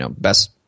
best